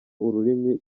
ururimi